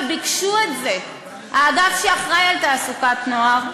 וביקשו את זה האגף שאחראי על תעסוקת נוער,